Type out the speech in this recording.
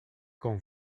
quand